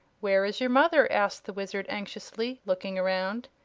where is your mother? asked the wizard, anxiously looking around.